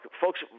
folks